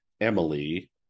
Emily